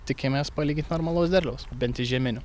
tikimės palygint normalaus derliaus bent iš žieminių